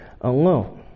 alone